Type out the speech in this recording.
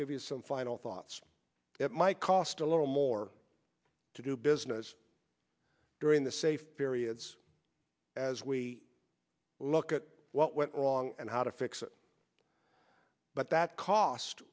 give you some final thoughts it might cost a little more to do business during the safe periods as we look at what went wrong and how to fix it but that cost